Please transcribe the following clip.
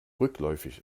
rückläufig